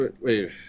wait